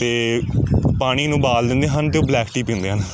ਅਤੇ ਪਾਣੀ ਨੂੰ ਉਬਾਲ ਦਿੰਦੇ ਹਨ ਅਤੇ ਉਹ ਬਲੈਕ ਟੀ ਪੀਂਦੇ ਹਨ